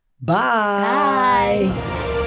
bye